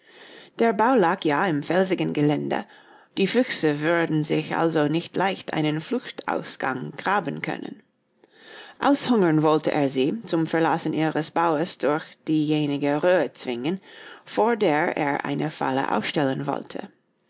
der bau lag ja im felsigen gelände die füchse würden sich also nicht leicht einen fluchtausgang graben können aushungern wollte er sie zum verlassen ihres baues durch diejenige röhre zwingen vor der er eine falle aufstellen wollte